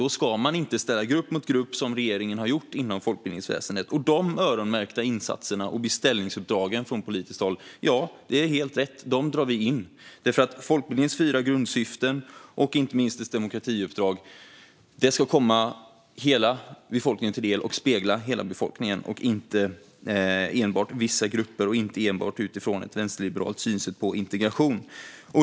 Då ska man inte ställa grupp mot grupp, som regeringen har gjort inom folkbildningsväsendet. Dessa öronmärkta insatser och beställningsuppdrag från politiskt håll drar vi in; det är helt rätt. Folkbildningens fyra grundsyften och inte minst dess demokratiuppdrag ska komma hela befolkningen till del och spegla hela befolkningen och inte enbart vissa grupper. Det ska inte heller ske enbart utifrån ett vänsterliberalt synsätt på integration.